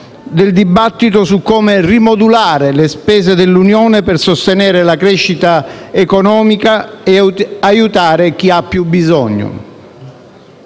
del dibattito su come rimodulare le spese dell'Unione per sostenere la crescita economica e aiutare chi ha più bisogno.